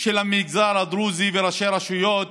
של המגזר הדרוזי וראשי רשויות